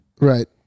Right